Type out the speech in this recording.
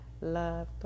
Love